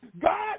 God